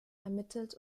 ermittelt